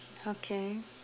okay